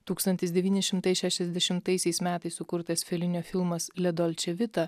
tūkstantis devyni šimtai šešiasdešimtaisiais metais sukurtas felinio filmas la dolče vita